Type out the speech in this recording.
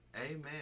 amen